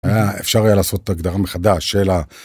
אפשר היה לעשות את הגדרה מחדש, שאלה...